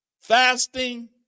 Fasting